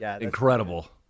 incredible